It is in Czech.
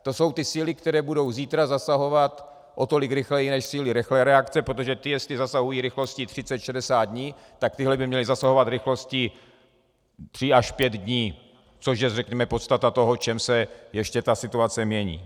To jsou ty síly, které budou zítra zasahovat o tolik rychleji než síly reakce, protože ty jestli zasahují rychlostí třicet, šedesát dní, tak tyhle by měly zasahovat rychlostí tří až pět dní, což je, řekněme, podstata toho, v čem se ještě ta situace mění.